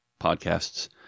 podcasts